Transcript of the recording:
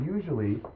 Usually